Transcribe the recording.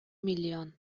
миллион